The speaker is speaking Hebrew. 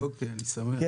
בבקשה.